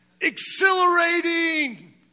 Exhilarating